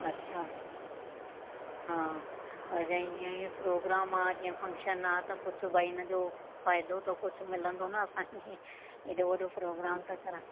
अच्छा हा पर जीअं इहा प्रोग्राम आहे जीअं फंक्शन आ त कुझु भई इन जो फ़ाइदो त कुझु मिलंदो न असांखे अहिड़ो वॾो प्रोग्राम था करायूं